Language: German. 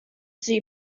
sie